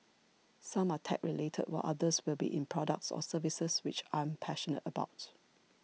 some are tech related while others will be in products or services which I'm passionate about